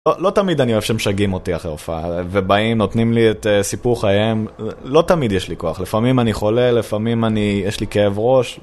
לא תמיד אני אוהב שהם משגעים אותי אחרי הופעה, ובאים, נותנים לי את סיפור חייהם, לא תמיד יש לי כוח, לפעמים אני חולה, לפעמים אני... יש לי כאב ראש.